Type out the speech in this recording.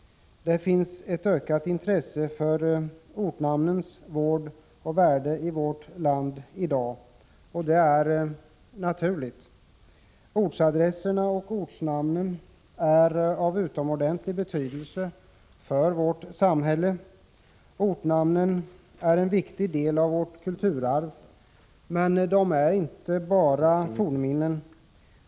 Det finns i dag ett ökat intresse i vårt land för ortnamnens vård och värde, och det är naturligt. Ortsadresserna och ortnamnen är av utomordentlig betydelse för vårt samhälle. Ortnamnen är en viktig del av vårt kulturarv. Men de är inte bara ”fornminnen”.